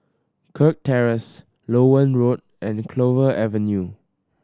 Kirk Terrace Loewen Road and Clover Avenue